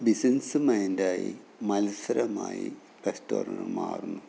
business മൈൻഡായി മത്സരമായി റെസ്റ്റോറൻറ്റുകൾ മാറുന്നു